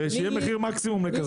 ושיהיה מחיר מקסימום לקסדה.